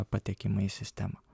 patekimą į sistemą